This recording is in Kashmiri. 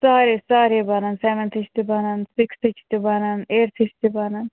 سارے سارے بَنَن سیٚوَنٛتھٕچۍ تہِ بَنَن سِکِستھٕچۍ تہِ بَنَن ایٚٹتھٕچۍ تہِ بَنَن